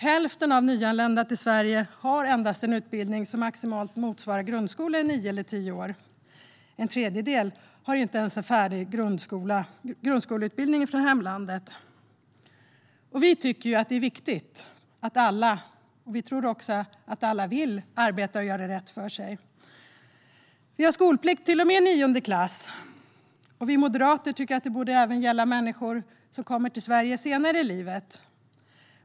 Hälften av de nyanlända till Sverige har endast en utbildning som maximalt motsvarar grundskola i nio eller tio år. En tredjedel har inte ens en färdig grundskoleutbildning från hemlandet. Vi tycker att det är viktigt att alla arbetar och gör rätt för sig, och vi tror också att alla vill göra det. Vi har skolplikt i Sverige till och med nionde klass. Vi moderater tycker att det borde gälla även människor som kommer till Sverige senare i livet.